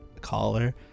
collar